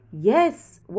Yes